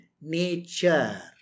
nature